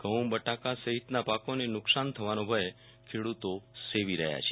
ઘઉં બટાકા સહિતના પાકોને નુકશાન થવનો ભય ખેડૂતો સેવી રહ્યા છે